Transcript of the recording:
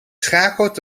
schakelt